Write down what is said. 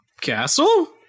Castle